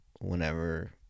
whenever